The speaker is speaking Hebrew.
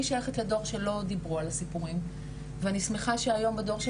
אני שייכת לדור שלא דיברו על הסיפורים ואני שמחה שהיום בדור של